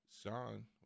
Sean